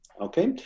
Okay